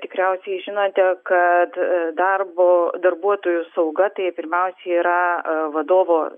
tikriausiai žinote kad darbo darbuotojų sauga tai pirmiausia yra vadovo